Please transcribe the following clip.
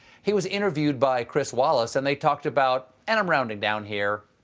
he was interviewed by chris wallace, and they talked about and i'm rounding down here